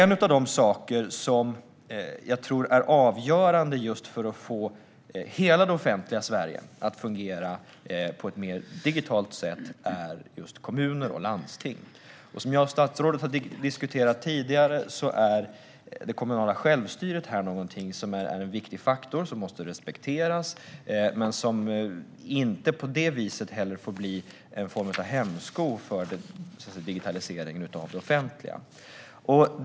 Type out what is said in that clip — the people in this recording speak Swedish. Något som jag tror är avgörande för att få hela det offentliga Sverige att fungera på ett mer digitalt sätt är kommuner och landsting. Som jag och statsrådet har diskuterat tidigare är det kommunala självstyret en viktig faktor som måste respekteras men som inte får bli någon form av hämsko för digitaliseringen av det offentliga.